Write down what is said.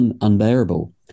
unbearable